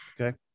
Okay